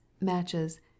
matches